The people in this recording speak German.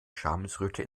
schamesröte